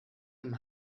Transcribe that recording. dem